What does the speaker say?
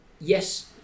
Yes